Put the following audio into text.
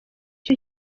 cyo